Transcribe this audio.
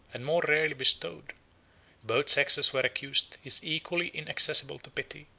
and more rarely bestowed both sexes were accused is equally inaccessible to pity,